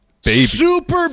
Super